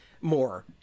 more